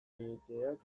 helegiteak